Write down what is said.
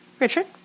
richard